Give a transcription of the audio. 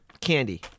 candy